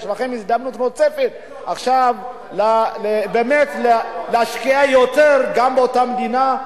יש לכם הזדמנות נוספת עכשיו באמת להשקיע יותר גם באותה מדינה.